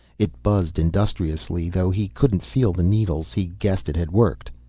it buzzed industriously, though he couldn't feel the needles, he guessed it had worked.